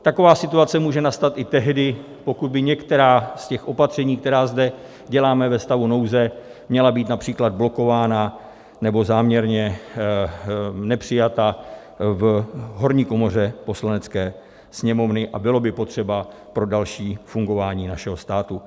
Taková situace může nastat i tehdy, pokud by některá z těch opatření, která zde děláme ve stavu nouze, měla být například blokována nebo záměrně nepřijata v horní komoře Poslanecké sněmovny a byla by potřeba pro další fungování našeho státu.